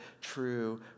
true